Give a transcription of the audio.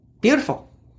beautiful